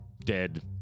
dead